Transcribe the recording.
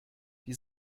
die